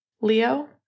Leo